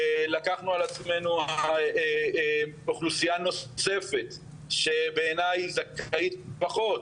לקחנו על עצמנו אוכלוסייה נוספת שבעיניי זכאית לא פחות,